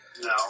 no